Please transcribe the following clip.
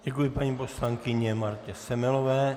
Děkuji paní poslankyni Martě Semelové.